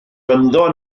ynddo